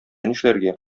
нишләргә